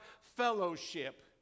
fellowship